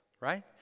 right